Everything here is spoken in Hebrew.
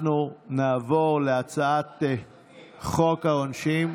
אנחנו נעבור להצעת חוק העונשין.